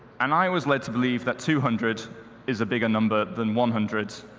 and i was led to believe that two hundred is a bigger number than one hundred.